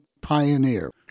Pioneer